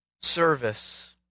service